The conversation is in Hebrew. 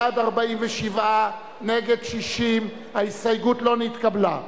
בעד, 47, נגד, 60. ההסתייגות לא נתקבלה.